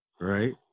right